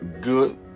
Good